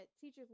teachers